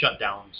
shutdowns